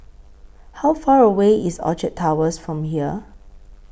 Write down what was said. How Far away IS Orchard Towers from here